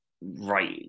right